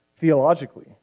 theologically